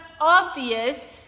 obvious